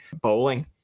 bowling